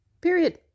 Period